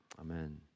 amen